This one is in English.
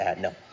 no